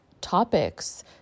topics